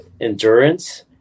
endurance